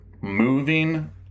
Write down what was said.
Moving